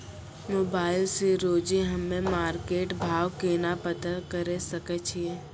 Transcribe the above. Mobile से रोजे हम्मे मार्केट भाव केना पता करे सकय छियै?